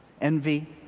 envy